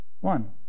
one